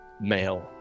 male